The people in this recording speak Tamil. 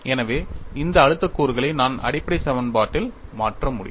எனவே இந்த அழுத்த கூறுகளை நான் அடிப்படை சமன்பாட்டில் மாற்ற முடியும்